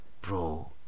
bro